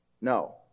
No